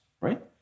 right